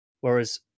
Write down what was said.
Whereas